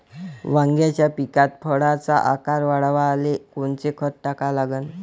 वांग्याच्या पिकात फळाचा आकार वाढवाले कोनचं खत टाका लागन?